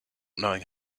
knowing